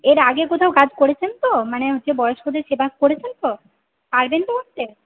এর আগে কোথাও কাজ করেছেন তো মানে হচ্ছে বয়স্কদের সেবা করেছেন তো পারবেন তো করতে